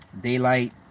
Daylight